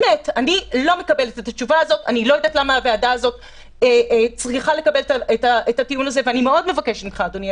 אני מקבל את התיעדוף שאתם אומרים כרגע בגלל